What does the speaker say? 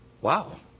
Wow